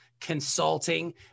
Consulting